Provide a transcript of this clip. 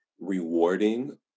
rewarding